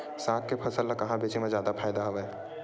साग के फसल ल कहां बेचे म जादा फ़ायदा हवय?